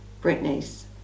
Britney's